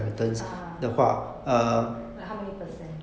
ah ah like how many percent